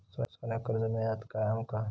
सोन्याक कर्ज मिळात काय आमका?